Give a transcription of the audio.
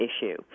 issue